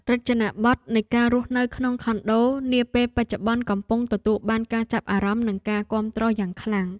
រចនាបថនៃការរស់នៅក្នុងខុនដូនាពេលបច្ចុប្បន្នកំពុងទទួលបានការចាប់អារម្មណ៍និងការគាំទ្រយ៉ាងខ្លាំង។